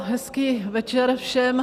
Hezký večer všem.